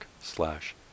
slash